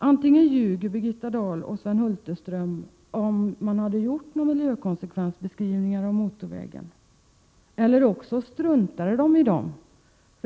Antingen ljuger Birgitta Dahl och Sven Hulterström om att det hade gjorts miljökonsekvensbeskrivningar av motorvägen, eller också struntade de i dem.